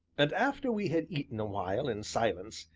and after we had eaten a while in silence,